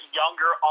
younger